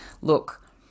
Look